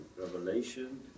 revelation